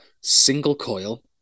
single-coil